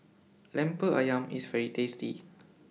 Lemper Ayam IS very tasty